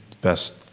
Best